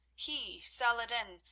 he, salah-ed-din,